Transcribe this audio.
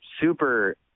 super